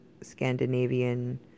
Scandinavian